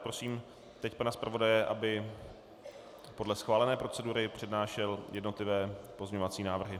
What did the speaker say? Prosím teď pana zpravodaje, aby podle schválené procedury přednášel jednotlivé pozměňovací návrhy.